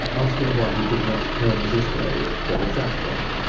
asking why he did not turn this way instead of that way?